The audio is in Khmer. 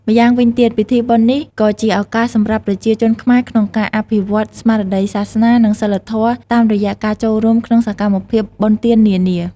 ម្យ៉ាងវិញទៀត ពិធីបុណ្យនេះក៏ជាឱកាសសម្រាប់ប្រជាជនខ្មែរក្នុងការអភិវឌ្ឍន៍ស្មារតីសាសនា និងសីលធម៌តាមរយៈការចូលរួមក្នុងសកម្មភាពបុណ្យទាននានា។